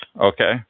Okay